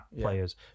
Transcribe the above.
players